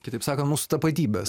kitaip sakant mūsų tapatybės